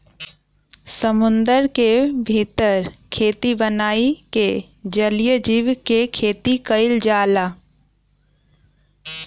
समुंदर के भीतर खेती बनाई के जलीय जीव के खेती कईल जाला